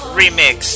remix